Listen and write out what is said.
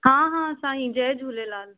हा हा साईं जय झूलेलाल